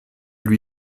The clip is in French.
lui